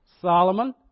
Solomon